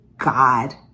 God